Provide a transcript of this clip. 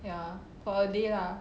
ya for a day lah